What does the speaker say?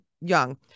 young